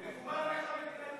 מקובל עליך מדינה יהודית?